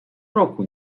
roku